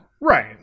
Right